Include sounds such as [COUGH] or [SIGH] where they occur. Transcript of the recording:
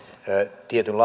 tietyn [UNINTELLIGIBLE]